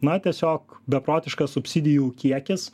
na tiesiog beprotiškas subsidijų kiekis